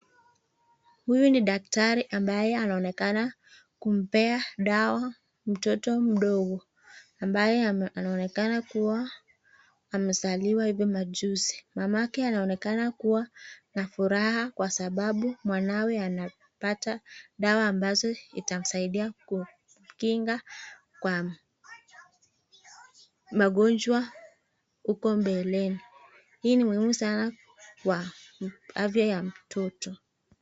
Huyu ni daktari ambaye anaonekana kumpea dawa mtoto mdogo, ambaye anaonekana kua amezaliwa hivi majuzi. Mamake anaoneka kua na furaha kwa sababu mwanawe anaonekana kupata dawa ambazo itamsaidia kujikinga kwa magonjwa hukk mbeleni..Hii ni muhimu sanaa kwa afya ya mtoto.